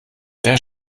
der